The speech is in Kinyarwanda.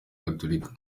gatolika